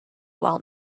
while